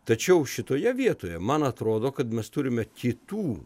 tačiau šitoje vietoje man atrodo kad mes turime kitų